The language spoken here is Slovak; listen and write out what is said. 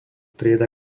trieda